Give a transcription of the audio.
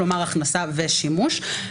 כלומר הכנסה ושימוש.